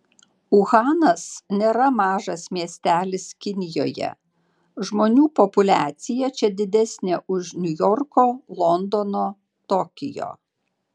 uhanas nėra mažas miestelis kinijoje žmonių populiacija čia didesnė už niujorko londono tokijo